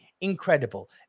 incredible